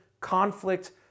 conflict